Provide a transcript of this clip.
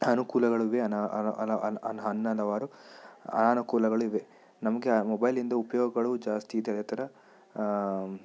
ಅನುಕೂಲಗಳು ಇವೆ ಅನಾ ಹನ ಹಲವಾರು ಅನಾನುಕೂಲಗಳು ಇವೆ ನಮಗೆ ಆ ಮೊಬೈಲಿಂದು ಉಪಯೋಗ್ಗಳು ಜಾಸ್ತಿ ಇದೆ ಅದೇ ಥರ